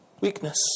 weakness